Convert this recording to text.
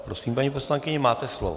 Prosím, paní poslankyně, máte slovo.